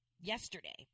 yesterday